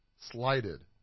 slighted